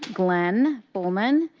glenn bollman.